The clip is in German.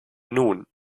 nun